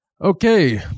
Okay